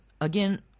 again